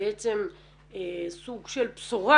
בעצם סוג של בשורה,